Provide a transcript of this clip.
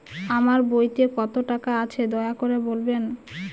আমার বইতে কত টাকা আছে দয়া করে বলবেন?